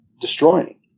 destroying